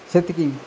ସେତିକି